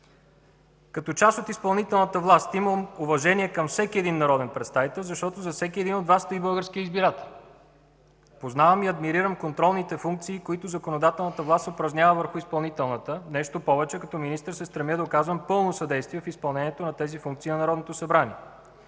Като част от изпълнителната власт имам уважение към всеки един народен представител, защото зад всеки един от Вас стои българският избирател. Познавам и адмирирам контролните функции, които законодателната власт упражнява върху изпълнителната. Нещо повече, като министър се стремя да оказвам пълно съдействие в изпълнението на тези функции на Народното събрание.